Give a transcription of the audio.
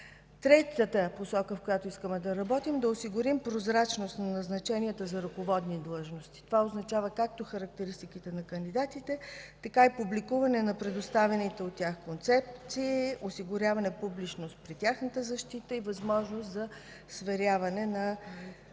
Третата посока, в която искаме да работим, е да осигурим прозрачност на назначенията за ръководни длъжности. Това означава както характеристиките на кандидатите, така и публикуване на предоставените от тях концепции, осигуряване публичност при тяхната защита и възможност за сверяване на